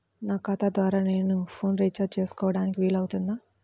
నా ఖాతా ద్వారా నేను ఫోన్ రీఛార్జ్ చేసుకోవడానికి వీలు అవుతుందా?